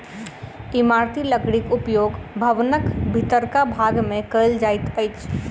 इमारती लकड़ीक उपयोग भवनक भीतरका भाग मे कयल जाइत अछि